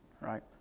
right